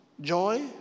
joy